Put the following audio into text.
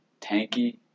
tanky